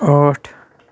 ٲٹھ